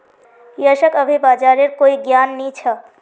यशक अभी बाजारेर कोई ज्ञान नी छ